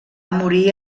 morir